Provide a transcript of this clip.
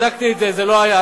בדקתי את זה, זה לא היה.